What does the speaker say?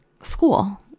school